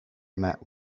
met